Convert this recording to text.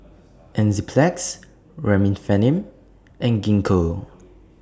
Enzyplex Remifemin and Gingko